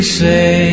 say